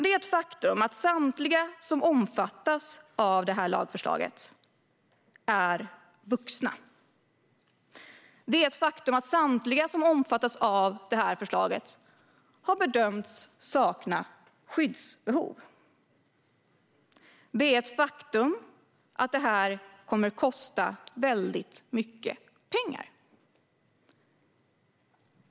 Det är ett faktum att samtliga som omfattas av detta lagförslag är vuxna. Det är ett faktum att samtliga som omfattas av förslaget har bedömts sakna skyddsbehov. Det är ett faktum att detta kommer att kosta väldigt mycket pengar.